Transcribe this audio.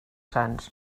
sants